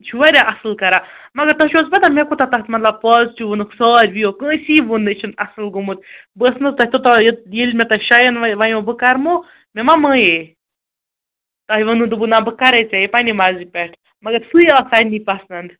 یہِ چھُ واریاہ اَصٕل کَران مگر تۄہہِ چھُو حظ پَتاہ مےٚ کوٗتاہ تَتھ مطلب پازٹِو ووٚنُکھ سارِیو کٲنٛسی ووٚن نہٕ یہِ چھُنہٕ اَصٕل گوٚمُت بہٕ ٲسٕس نا حظ تۄہہِ توٚتان ییٚلہِ مےٚ تۄہہِ شایَن وایِن وَنیوٕ بہٕ کَرمو مےٚ ما مانے تۄہہِ ووٚنوٕ دوٚپُو نہَ بہٕ کَرے ژےٚ پنٕنہِ مَرضی پٮ۪ٹھ مگر سُے آو سارنٕے پَسَنٛد